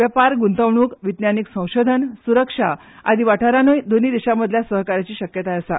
वेपार ग्रंतवणूक विज्ञानिक संशोधन सुरक्षा आदी वाठारांनीय दोनूय देशांमदल्या सहकार्याची शक्यताय आसा